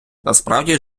насправді